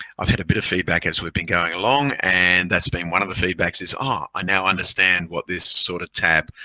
i've had a bit of feedback as we'd be going along and that's been one of the feedbacks is, oh, ah i now understand what this sort of tab,